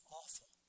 awful